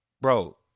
bro